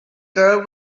girl